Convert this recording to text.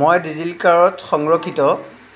মই ডিজিলকাৰত সংৰক্ষিত